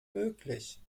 möglich